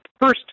First